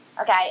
okay